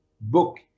book